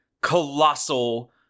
colossal